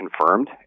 confirmed